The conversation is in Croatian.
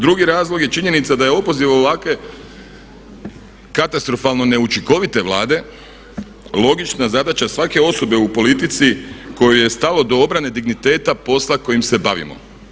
Drugi razlog je činjenica da je opoziv ovakve katastrofalno neučinkovite Vlade logična zadaća svake osobe u politici kojoj je stalo do obrane digniteta posla kojim se bavimo.